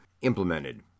implemented